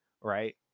right